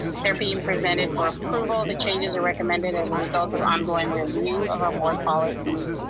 they're being presented for approval. the changes are recommended as a result of ongoing review of our board policies.